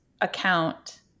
account